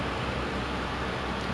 okay hello can you hear me